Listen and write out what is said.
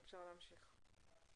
אפשר להמשיך.